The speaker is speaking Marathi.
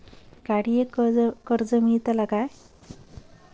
गाडयेक कर्ज मेलतला काय?